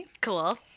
Cool